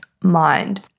Mind